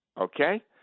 Okay